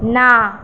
না